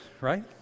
right